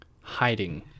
hiding